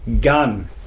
gun